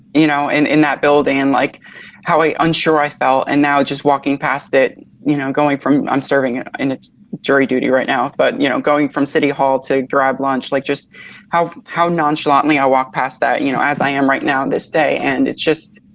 you know, and in that building and like how i unsure i felt. and now just walking past it you know, going from i'm serving in a jury duty right now, but you know going from city hall to grab lunch like just how how nonchalantly i walk past that you know, as i am right now this day. and it's just,